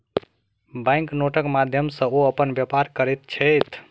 bank नोटक माध्यम सॅ ओ अपन व्यापार करैत छैथ